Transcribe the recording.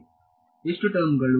ಎಷ್ಟು ಟರ್ಮ್ ಗಳು